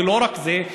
ולא רק זה,